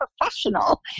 professional